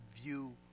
view